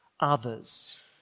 others